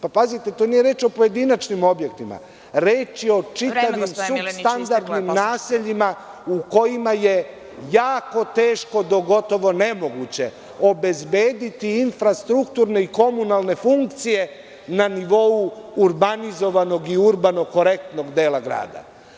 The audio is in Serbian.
Pazite, tu nije reč o pojedinačnim objektima, reč je o čitavim supstandardnim nasiljima u kojima je jako teško, gotovo nemoguće obezbediti infrastrukturne i komunalne funkcije na nivo urbanizovanog i urbano korektnog dela grada.